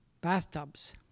bathtubs